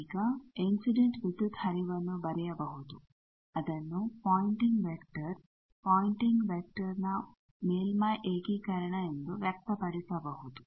ಈಗ ಇನ್ಸಿಡೆಂಟ್ ವಿದ್ಯುತ್ ಹರಿವನ್ನು ಬರೆಯಬಹುದು ಅದನ್ನು ಪಾಯಿಂಟಿಂಗ್ ವೆಕ್ಟರ್ ಪಾಯಿಂಟಿಂಗ್ ವೆಕ್ಟರ್ನ ಮೇಲ್ಮೈ ಏಕೀಕರಣ ಎಂದು ವ್ಯಕ್ತಪಡಿಸಬಹುದು